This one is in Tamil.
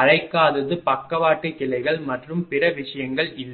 அழைக்காதது பக்கவாட்டு கிளைகள் மற்றும் பிற விஷயங்கள் இல்லை